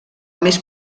més